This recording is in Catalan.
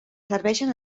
serveixen